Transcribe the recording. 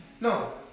No